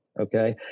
okay